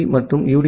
B மற்றும் U